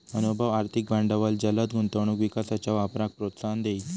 अनुभव, आर्थिक भांडवल जलद गुंतवणूक विकासाच्या वापराक प्रोत्साहन देईत